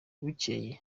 bukeye